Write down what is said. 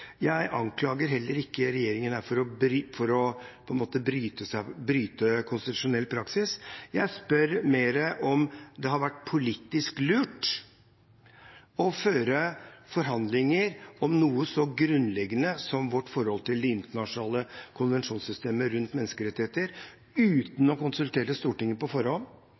Jeg anklager heller ikke regjeringen for å bryte konstitusjonell praksis, jeg spør mer om det har vært politisk lurt å føre forhandlinger om noe så grunnleggende som vårt forhold til de internasjonale konvensjonssystemene rundt menneskerettigheter uten å konsultere Stortinget på forhånd